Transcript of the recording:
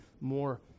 more